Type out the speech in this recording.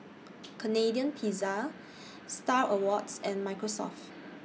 Canadian Pizza STAR Awards and Microsoft